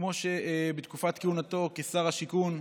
כמו שבתקופת כהונתו של השר גלנט כשר השיכון,